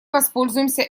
воспользуемся